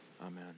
Amen